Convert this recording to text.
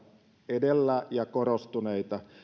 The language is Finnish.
edellä ja korostuneita